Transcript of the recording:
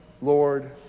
Lord